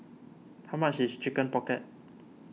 how much is Chicken Pocket